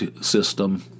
system